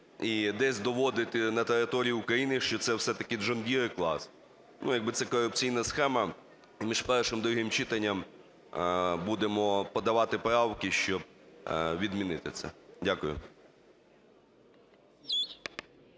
і десь доводити на території України, що це все-таки John Deere і CLAAS, як би це корупційна схема. Між першим і другим читанням будемо подавати правки, щоб відмінити це. Дякую.